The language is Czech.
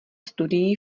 studií